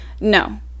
no